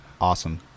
awesome